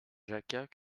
jacquat